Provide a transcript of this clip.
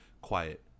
quiet